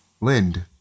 Lind